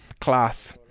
class